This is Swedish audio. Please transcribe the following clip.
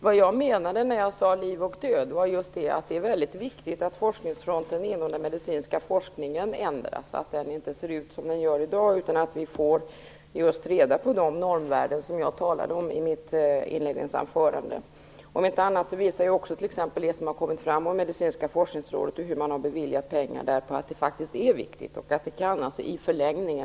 Vad jag menade när jag sade "liv och död" var att det är väldigt viktigt att forskningsfronten inom den medicinska forskningen ändras så att den inte ser ut som den gör i dag, utan att vi får reda på de normvärden som jag talade om i mitt inledningsanförande. Om inte annat visar också t.ex. det som har kommit fram om Medicinska forskningsrådet och hur man har beviljat pengar där på att det faktiskt är viktigt.